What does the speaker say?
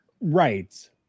Right